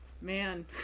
Man